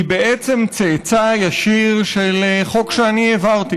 היא בעצם צאצא ישיר של חוק שאני העברתי,